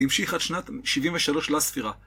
המשיך עד שנת 73 לספירה.